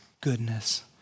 goodness